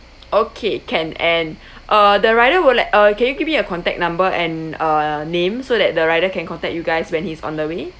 okay can and uh the rider will like uh can you gimme a contact number and a name so that the rider can contact you guys when he's on the way